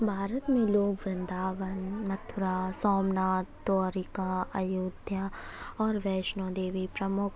भारत में लोग वृंदावन मथुरा सोेमनाथ द्वारिका अयोध्या और वैष्णो देवी प्रमुख